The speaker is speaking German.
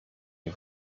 den